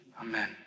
Amen